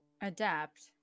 adapt